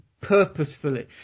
purposefully